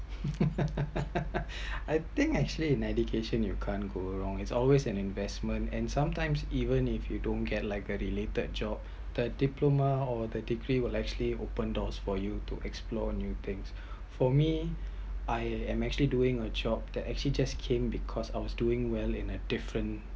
I think actually in education you can’t go wrong it’s always an investment and sometime even if we don’t get like a related job the diploma or the degree would likely open doors for you to explore new things for me I am actually doing a job that actually just came because I was doing well in a different